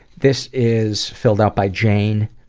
this is filled out by jane,